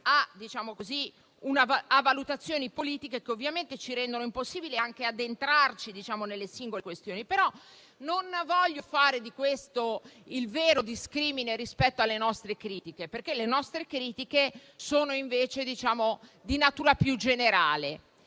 a valutazioni politiche che ovviamente ci rendono impossibile addentrarci nelle singole questioni. Però non voglio fare di questo il vero discrimine rispetto alle nostre critiche, perché le nostre critiche sono di natura più generale.